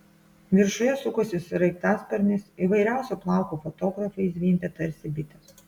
viršuje sukosi sraigtasparnis įvairiausio plauko fotografai zvimbė tarsi bitės